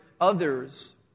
Others